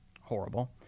horrible